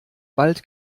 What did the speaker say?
bald